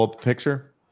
picture